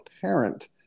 parent